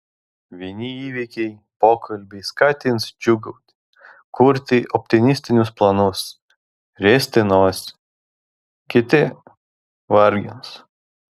vieni įvykiai pokalbiai skatins džiūgauti kurti optimistinius planus riesti nosį kiti vargins